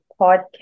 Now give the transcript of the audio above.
podcast